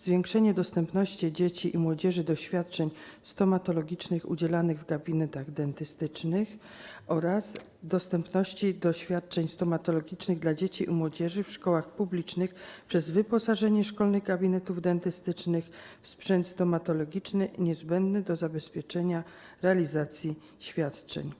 zwiększenia dostępności dzieci i młodzieży do świadczeń stomatologicznych udzielanych w gabinetach dentystycznych oraz dostępności do świadczeń stomatologicznych dla dzieci i młodzieży w szkołach publicznych przez wyposażenie szkolnych gabinetów dentystycznych w sprzęt stomatologiczny i niezbędny do zabezpieczenia realizacji świadczeń?